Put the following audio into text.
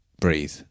breathe